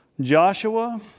Joshua